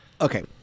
Okay